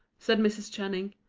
said mrs. channing.